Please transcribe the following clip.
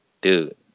dude